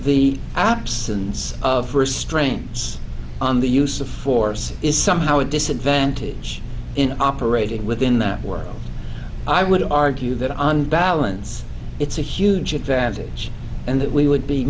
the absence of restraints on the use of force is somehow a disadvantage in operating within that world i would argue that on balance it's a huge advantage and that we would be